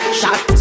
shot